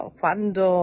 quando